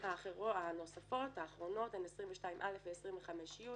הנוספות הן 22(א) ו-25(י)